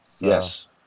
Yes